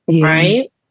Right